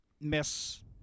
miss